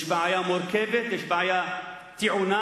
יש בעיה מורכבת, יש בעיה טעונה,